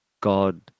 God